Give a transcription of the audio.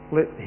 Let